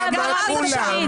גם בממשלת מעבר אפשר, גם אז אפשר.